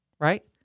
Right